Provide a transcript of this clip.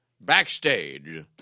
backstage